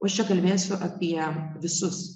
o aš čia kalbėsiu apie visus